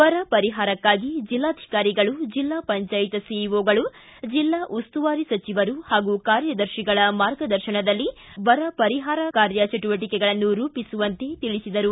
ಬರ ಪರಿಹಾರಕ್ಕಾಗಿ ಜಿಲ್ಲಾಧಿಕಾರಿಗಳು ಜಿಲ್ಲಾ ಪಂಚಾಯತ್ ಸಿಇಒಗಳು ಜಿಲ್ಲಾ ಉಸ್ತುವಾರಿ ಸಚಿವರು ಹಾಗೂ ಕಾರ್ಯದರ್ತಿಗಳ ಮಾರ್ಗದರ್ಶನದಲ್ಲಿ ಬರಪರಿಹಾರ ಕಾರ್ಯ ಚಟುವಟಿಕೆಗಳನ್ನು ರೂಪಿಸುವಂತೆ ತಿಳಿಸಿದರು